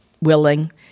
willing